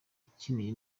akiniye